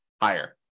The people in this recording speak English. higher